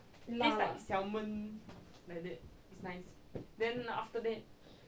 辣吗